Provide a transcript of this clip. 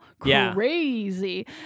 Crazy